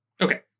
Okay